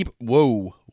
Whoa